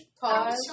pause